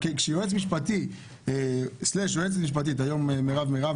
השאלה כשיועץ משפטי/יועצת משפטית -- בסדר,